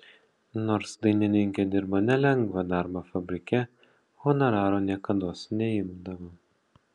nors dainininkė dirbo nelengvą darbą fabrike honoraro niekados neimdavo